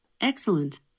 Excellent